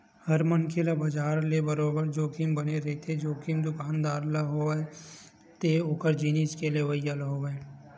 हर मनखे ल बजार ले बरोबर जोखिम बने रहिथे, जोखिम दुकानदार ल होवय ते ओखर जिनिस के लेवइया ल होवय